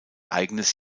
eigenes